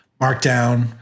markdown